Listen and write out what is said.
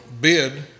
bid